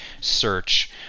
search